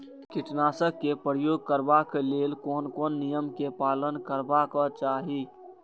कीटनाशक क प्रयोग करबाक लेल कोन कोन नियम के पालन करबाक चाही?